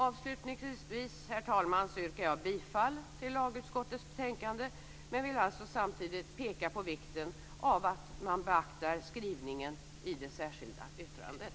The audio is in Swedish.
Avslutningsvis, herr talman, yrkar jag bifall till lagutskottets betänkande men vill alltså samtidigt peka på vikten av att man beaktar skrivningen i det särskilda yttrandet.